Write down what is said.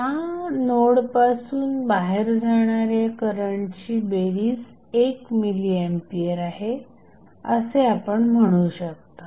या नोडपासून बाहेर जाणाऱ्या करंटची बेरीज 1 मिली एंपियर आहे असे आपण म्हणू शकता